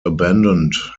abandoned